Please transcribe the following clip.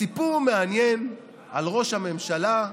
סיפור מעניין על ראש הממשלה,